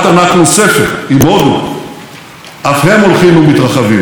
זה קרה מאז ביקורו ההיסטורי בישראל של ידידי ראש